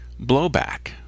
blowback